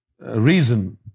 reason